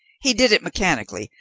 he did it mechanically,